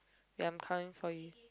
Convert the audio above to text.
ya I'm coming for you